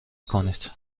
کنید